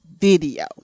video